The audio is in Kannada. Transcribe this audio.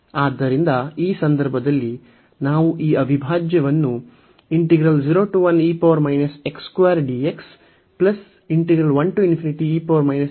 ಆದ್ದರಿಂದ ಈ ಸಂದರ್ಭದಲ್ಲಿ ನಾವು ಈ ಅವಿಭಾಜ್ಯವನ್ನು ಎಂದು ಎರಡು ಭಾಗಗಳಾಗಿ ವಿಂಗಡಿಸುತ್ತೇವೆ